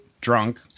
drunk